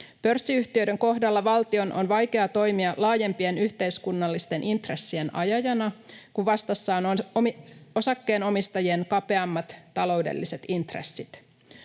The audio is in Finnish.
Pörssiyhtiöiden kohdalla valtion on vaikeaa toimia laajempien yhteiskunnallisten intressien ajajana, kun vastassa ovat osakkeenomistajien kapeammat taloudelliset intressit.